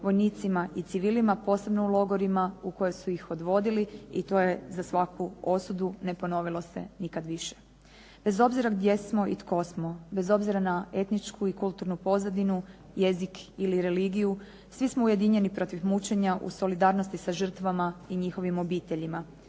vojnicima i civilima, posebno u logorima u koje su ih odvodili i to je za svaku osudu. Ne ponovilo se nikada više. Bez obzira gdje smo i tko smo, bez obzira na etničku i kulturnu pozadinu, jezik ili religiju, svi smo ujedinjeni protiv mučenja u solidarnosti sa žrtvama i njihovim obiteljima.